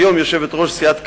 היום יושבת-ראש סיעת קדימה,